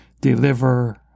deliver